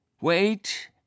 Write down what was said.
Wait